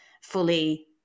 fully